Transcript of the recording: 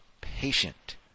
patient